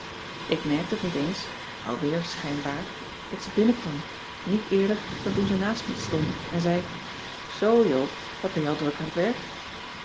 ik merkte het niet eens al weer schijnbaar dat ze binnenkwam niet eerder dan toen ze naast me stond en zei zoo joop wat ben je al druk aan t werk